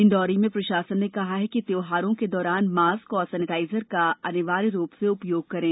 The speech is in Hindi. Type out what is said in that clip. डिंडोरी में प्रशासन ने कहा है कि त्यौहारों के दौरान मास्क व सेनेटाईजर का अनिवार्य रूप से उपयोग करें